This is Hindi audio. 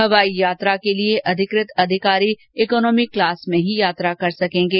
हवाई यात्रा के लिए अधिकृत अधिकारी इकोनॉमी क्लास में ही यात्रा कर सकेंगे